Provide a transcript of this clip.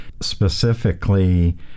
specifically